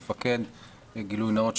גילוי נאות,